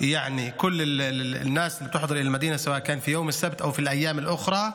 אנשי רהט תמיד מקבלים בשמחה את פניהם של כל מי שמגיעים לעיר,